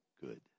good